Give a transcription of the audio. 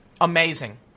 amazing